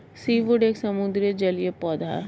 seaweed एक समुद्री जलीय पौधा है